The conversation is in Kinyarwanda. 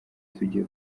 tugiye